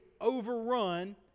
overrun